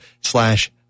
slash